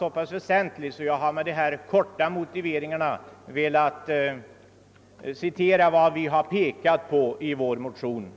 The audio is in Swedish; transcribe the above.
Men jag har ansett denna fråga så vä sentlig att jag velat referera vår motion med dessa korta motiveringar.